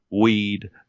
weed